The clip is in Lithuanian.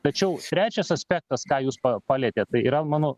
tačiau trečias aspektas ką jūs pa palietė tai yra mano